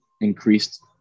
increased